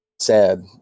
Sad